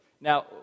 Now